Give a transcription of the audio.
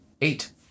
Eight